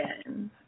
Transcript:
again